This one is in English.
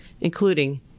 including